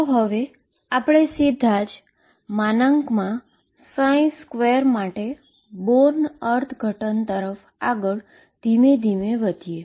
તો આપણે હવે સીધા જ 2 માટે બોર્ન ઈન્ટરર્પ્રીટેશન તરફ આગળ ધીમે ધીમે વધીએ